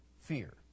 fear